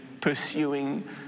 pursuing